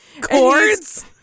Chords